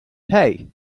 hey